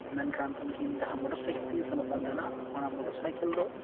ᱢᱮᱱᱠᱷᱟᱱ ᱩᱱᱠᱤᱱ ᱡᱟᱦᱟᱸ ᱢᱳᱴᱚᱨ ᱥᱟᱭᱠᱮᱞ ᱛᱮᱠᱤᱱ ᱥᱮᱱᱚᱜ ᱠᱟᱱ ᱛᱟᱦᱮᱱᱟ ᱚᱱᱟ ᱢᱳᱴᱚᱨ ᱥᱟᱭᱠᱮᱞ ᱫᱚ